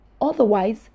otherwise